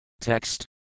Text